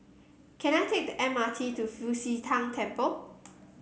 can I take the M R T to Fu Xi Tang Temple